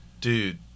Dude